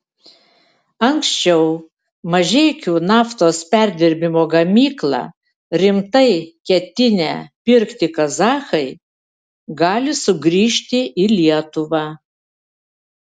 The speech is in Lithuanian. anksčiau mažeikių naftos perdirbimo gamyklą rimtai ketinę pirkti kazachai gali sugrįžti į lietuvą